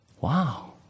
Wow